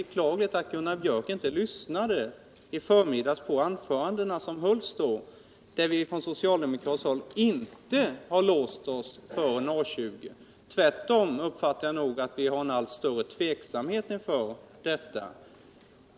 Det ena är att Gunnar Björk inte lyssnade på de anföranden som hölls i förmiddags, där vi socialdemokrater Försvarspolitiken, sade att vi inte har låst oss för A 20. Tvärtom uppfattade jag nog det så att det uppstått en allt större tveksamhet om detta alternativ.